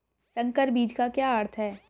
संकर बीज का अर्थ क्या है?